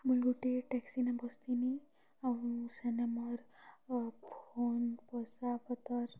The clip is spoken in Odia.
ମୁଇଁ ଗୁଟେ ଟେକ୍ସି ନେଁ ବସଥିନି ଆଉ ସେନେ ମୋର୍ ଫୋନ୍ ପଇସାପତର୍